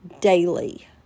daily